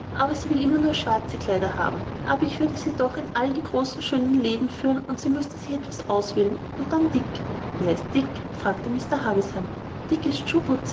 aber sie will immer nur schwarze kleider haben aber ich würde sie doch in alle die großen schönen läden führen und sie müßte sich etwas auswählen und dann dick wer ist denn dick fragte mr havisham dick ist